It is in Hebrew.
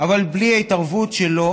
אבל בלי ההתערבות שלו